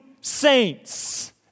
saints